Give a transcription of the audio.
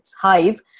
Hive